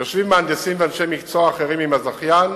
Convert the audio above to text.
יושבים מהנדסים ואנשי מקצוע אחרים עם הזכיין